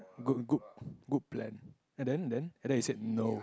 good good good plan and then then and then you said no